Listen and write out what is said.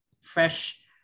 fresh